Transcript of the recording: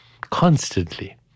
constantly